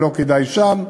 ולא כדאי שם,